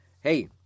Hey